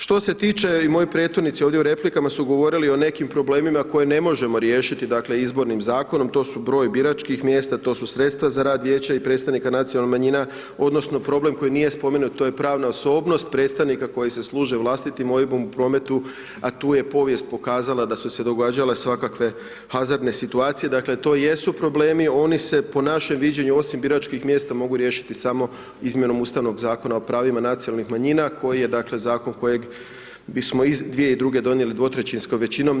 Što se tiče i moji prethodnici ovdje u replikama su govorili o nekim problemima koje ne možemo riješiti, dakle, izbornim zakonom, to su broj biračkih mjesta, to su sredstva za rad vijeća i predstavnika nacionalnih manjina, odnosno, problem koji nije spomenut to je pravna osobnost, predstavnika koji se služe vlastitim OIB-om u prometu, a tu je povijest pokazala da su se događale svakakve hazardne situacije, dakle, to jesu problemi, oni se po našem viđenju osim biračkih mjesta mogu riješiti samo izmjenom ustavnog Zakona o pravima nacionalnih manjina, koji je dakle, zakon kojeg bismo 2002. donijeli dvotrećinskom većinom.